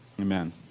Amen